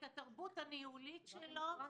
את התרבות הניהולית שלו.